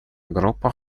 группы